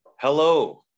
Hello